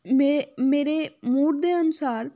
ਮੇ ਮੇਰੇ ਮੂਡ ਦੇ ਅਨੁਸਾਰ